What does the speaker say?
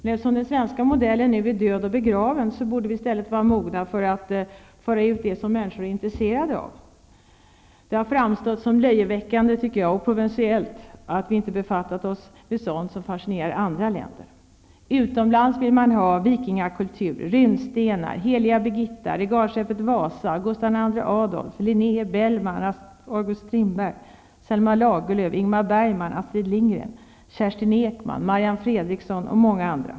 När nu den svenska modellen är död och begraven borde vi i stället vara mogna att föra ut det som människor är intresserade av. Det har framstått som löjeväckande, tycker jag, och provinsiellt att vi inte befattat oss med sådant som fascinerar i andra länder. Utomlands vill man ha vikingakultur, runstenar, heliga Birgitta, regalskeppet Wasa, Fredriksson och många andra.